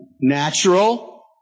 Natural